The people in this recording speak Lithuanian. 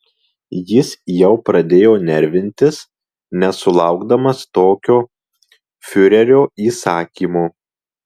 jis jau pradėjo nervintis nesulaukdamas tokio fiurerio įsakymo